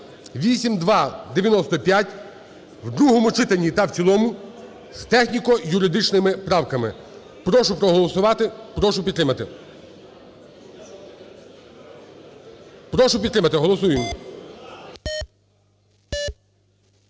(8295) в другому читанні та в цілому з техніко-юридичними правками. Прошу проголосувати. Прошу підтримати. Прошу підтримати. Голосуємо.